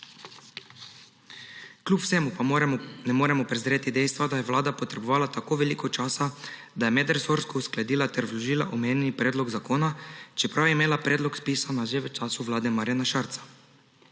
Kljub vsemu pa ne moremo prezreti dejstva, da je Vlada potrebovala tako veliko časa, da je medresorsko uskladila ter vložila omenjeni predlog zakona, čeprav je imela predlog spisan že v času vlade Marjana Šarca.